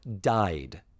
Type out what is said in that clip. died